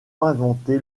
inventé